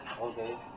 Okay